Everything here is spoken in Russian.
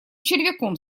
червяком